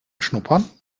schnuppern